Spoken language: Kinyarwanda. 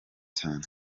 cyane